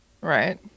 Right